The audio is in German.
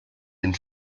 den